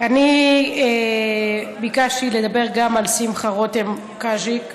אני ביקשתי לדבר גם על שמחה רותם, קאז'יק,